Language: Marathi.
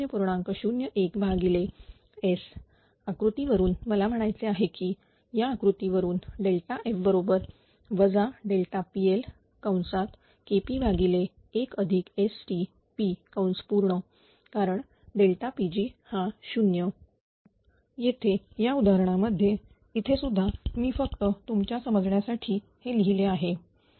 01S आकृतीवरून मला म्हणायचे आहे की या कृतीवरून F बरोबर PLKP1STP कारण Pg हा 0 कारण येथे या उदाहरणांमध्ये इथेसुद्धा मी फक्त तुमच्या समजण्यासाठी हे लिहिले आहे हे S